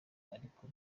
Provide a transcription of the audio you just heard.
ariko